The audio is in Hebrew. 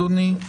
אדוני.